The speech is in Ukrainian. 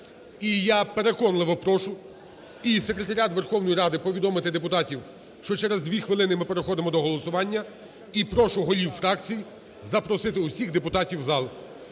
І я переконливо прошу, і секретаріат Верховної Ради повідомити депутатів, що через 2 хвилини ми переходимо до голосування. І прошу голів фракцій запросити всіх депутатів у зал.